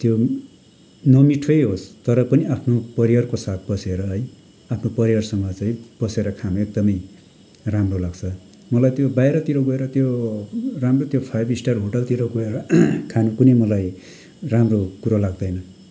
त्यो नमिठै होस् तर पनि आफ्नो परिवारको साथ बसेर है आफ्नो परिवारसँग चाहिँ बसेर खानु एकदमै राम्रो लाग्छ मलाई त्यो बाहिरतिर गएर त्यो राम्रो त्यो फाइभ स्टार होटलतिर गएर खानु पनि मलाई राम्रो कुरो लाग्दैन